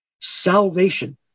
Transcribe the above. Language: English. salvation